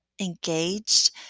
engaged